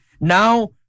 now